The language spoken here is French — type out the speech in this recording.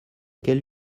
quelle